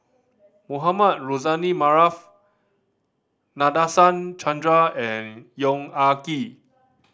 Mohamed Rozani Maarof Nadasen Chandra and Yong Ah Kee